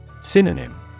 Synonym